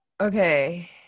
okay